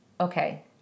okay